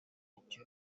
ubukene